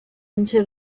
into